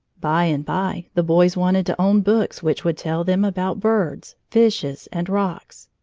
by and by the boys wanted to own books which would tell them about birds, fishes, and rocks.